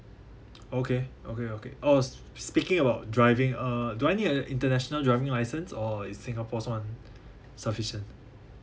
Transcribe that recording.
okay okay okay oh s~ speaking about driving uh do I need a international driving license or is singapore's one sufficient